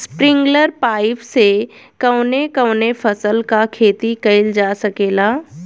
Sprinkler pipe से कवने कवने फसल क खेती कइल जा सकेला?